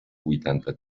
huitanta